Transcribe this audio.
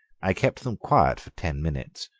i kept them quiet for ten minutes,